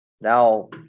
Now